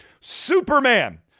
Superman